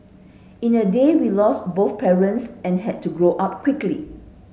in a day we lost both parents and had to grow up quickly